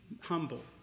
humble